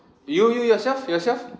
you you yourself yourself